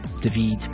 David